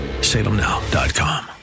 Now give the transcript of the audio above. salemnow.com